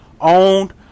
owned